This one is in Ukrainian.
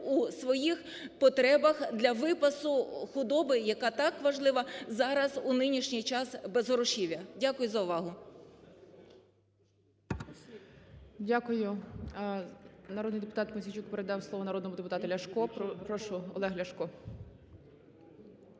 у своїх потребах для випасу худоби, яка так важлива зараз у нинішній час безгрошів'я. Дякую за увагу. ГОЛОВУЮЧИЙ. Дякую. Народний депутат Мосійчук передав слово народному депутату Ляшку. Прошу, Олег Ляшко.